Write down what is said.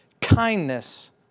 kindness